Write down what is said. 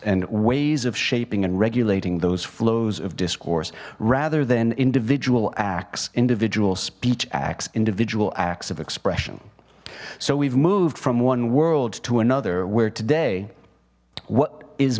and ways of shaping and regulating those flows of discourse rather than individual acts individual speech acts individual acts of expression so we've moved from one world to another where today what is